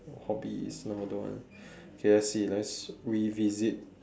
hobbies no don't want okay let's see let's revisit